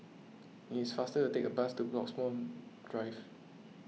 it is faster to take the bus to Bloxhome Drive